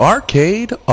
Arcade